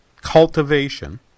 cultivation